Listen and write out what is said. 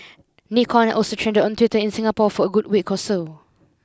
Nikon also trended on Twitter in Singapore for a good week or so